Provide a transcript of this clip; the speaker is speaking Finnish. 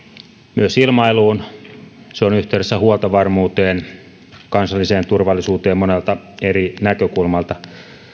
myös ilmailuun se on yhteydessä huoltovarmuuteen kansalliseen turvallisuuteen monelta eri näkökulmalta